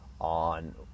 on